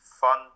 fun